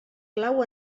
clau